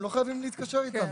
הם לא חייבים להתקשר איתנו.